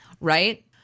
Right